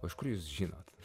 o iš kur jūs žinot